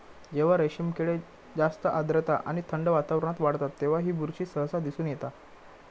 जेव्हा रेशीम किडे जास्त आर्द्रता आणि थंड वातावरणात वाढतत तेव्हा ही बुरशी सहसा दिसून येता